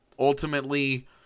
Ultimately